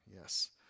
Yes